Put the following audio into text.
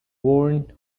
worn